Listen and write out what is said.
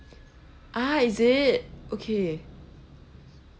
ah is it okay